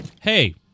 Hey